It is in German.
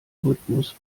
rhythmus